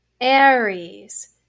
Aries